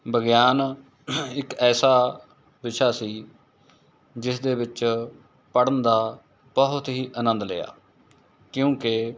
ਵਿਗਿਆਨ ਇੱਕ ਐਸਾ ਵਿਸ਼ਾ ਸੀ ਜਿਸਦੇ ਵਿੱਚ ਪੜ੍ਹਨ ਦਾ ਬਹੁਤ ਹੀ ਆਨੰਦ ਲਿਆ ਕਿਉਂਕਿ